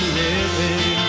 living